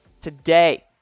today